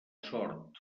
sort